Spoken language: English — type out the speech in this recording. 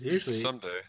someday